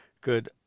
Good